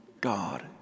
God